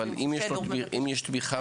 הרבה פעמים